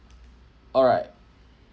alright